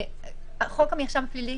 חוק המרשם הפלילי,